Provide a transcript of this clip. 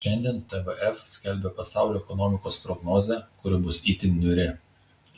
šiandien tvf skelbia pasaulio ekonomikos prognozę kuri bus itin niūri